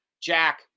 Jack